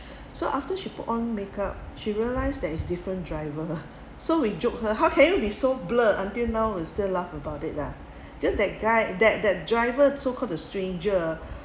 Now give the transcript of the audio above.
so after she put on make up she realized that is different driver so we joke her how can you be so blur until now we still laugh about it lah just that guy that that driver so called the stranger